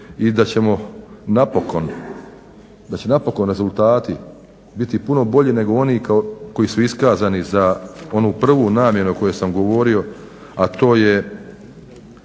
i da će napokon rezultati biti puno bolji nego oni koji su iskazani za onu prvu namjenu o kojoj sam govorio, a to su